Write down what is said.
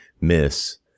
miss